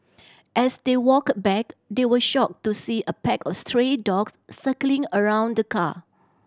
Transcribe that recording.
as they walked back they were shocked to see a pack of stray dogs circling around the car